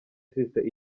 sister